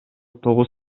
тогуз